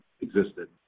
existed